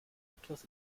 etwas